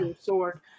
sword